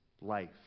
life